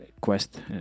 Quest